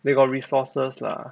they got resources lah